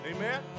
Amen